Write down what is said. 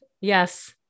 Yes